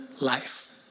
life